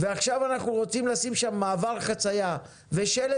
ועכשיו אנחנו רוצים לשים שם מעבר חציה ושלט